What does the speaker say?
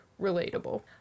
Relatable